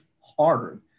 hard